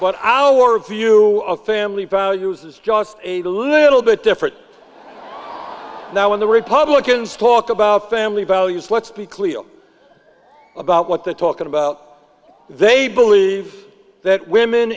our view of family values is just a little bit different the now when the republicans talk about family values let's be clear about what they're talking about they believe that women